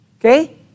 Okay